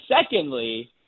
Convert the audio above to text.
secondly